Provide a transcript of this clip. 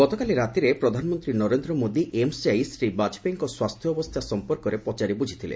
ଗତକାଲି ରାତିରେ ପ୍ରଧାନମନ୍ତ୍ରୀ ନରେନ୍ଦ୍ର ମୋଦି ଏମ୍ସ୍ ଯାଇ ଶ୍ରୀ ବାଜପେୟୀଙ୍କ ସ୍ୱାସ୍ଥ୍ୟାବସ୍ଥା ସମ୍ପର୍କରେ ପଚାରି ବୁଝିଥିଲେ